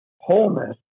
wholeness